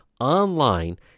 online